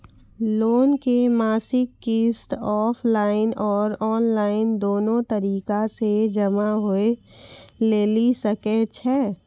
Loan के मासिक किस्त ऑफलाइन और ऑनलाइन दोनो तरीका से जमा होय लेली सकै छै?